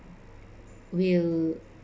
will